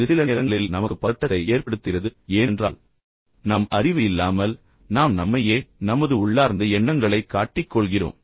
இது சில நேரங்களில் நமக்கு பதட்டத்தை ஏற்படுத்துகிறது ஏனென்றால் நம் அறிவு இல்லாமல் நாம் நம்மையே நமது உள்ளார்ந்த எண்ணங்களை காட்டிக் கொள்கிறோம்